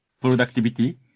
productivity